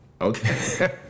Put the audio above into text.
Okay